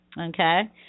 Okay